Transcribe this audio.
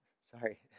Sorry